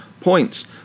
points